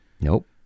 Nope